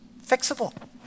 fixable